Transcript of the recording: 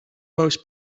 most